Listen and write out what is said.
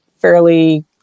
fairly